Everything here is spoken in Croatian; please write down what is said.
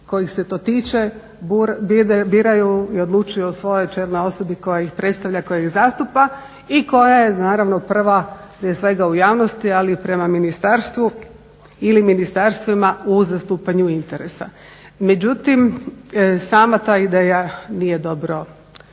kojih se to tiče biraju i odlučuju o svojoj čelnoj osobi koja ih predstavlja, koja ih zastupa i koja je naravno prva prije svega u javnosti ali i prema ministarstvu ili ministarstvima u zastupanju interesa. Međutim, sama ta ideja nije dobro razrađena.